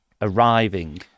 arriving